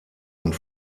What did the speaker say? und